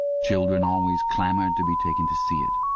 children always clamoured to be taken to see it.